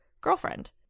girlfriend